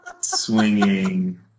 swinging